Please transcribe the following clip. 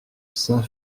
saint